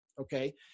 Okay